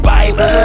Bible